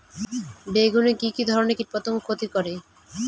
বেগুনে কি কী ধরনের কীটপতঙ্গ ক্ষতি করে?